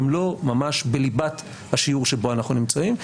הם לא ממש בליבת השיעור שבו אנחנו נמצאים,